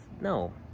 no